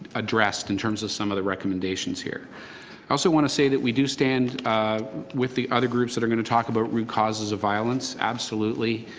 addressed in terms of some of the recommendation here. i also want to say that we do stand with the other groups that are going to talk about root causes of violence, absolutely.